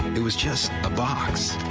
it was just a box,